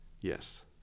Yes